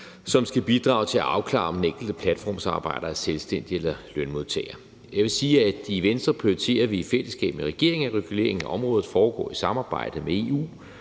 som skal bidrage til at afklare, om den enkelte platformsarbejder er selvstændig eller lønmodtager. Jeg vil sige, at vi i Venstre i fællesskab med regeringen prioriterer, at reguleringen af området foregår i et samarbejde med EU,